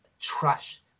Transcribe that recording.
trash